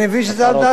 אני מבין שזה על דעת,